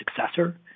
successor